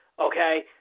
Okay